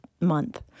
month